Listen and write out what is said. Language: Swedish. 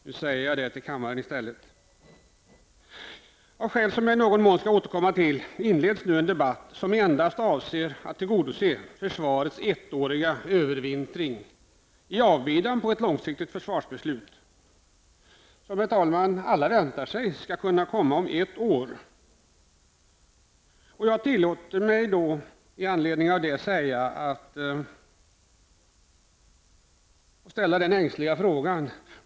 Nu säger jag detta till kammaren i stället. Av skäl som jag i någon mån skall återkomma till inleds nu en debatt som endast avser att tillgodose försvarets ettåriga övervintring i avbidan på ett långsiktigt försvarsbeslut som, herr talman, alla förväntar sig skall komma om ett år. Herr talman! Jag tillåter mig att med anledning av detta ställa en ängslig fråga.